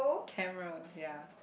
camera ya